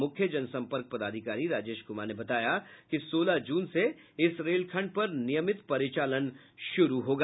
मुख्य जनसम्पर्क पदाधिकारी राजेश कुमार ने बताया कि सोलह जून से इस रेलखंड पर नियमित परिचालन शुरू हो जायेगा